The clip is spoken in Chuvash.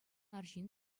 арҫын